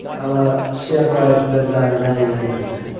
our share price went down ninety nine percent.